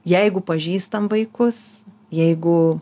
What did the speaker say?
jeigu pažįstam vaikus jeigu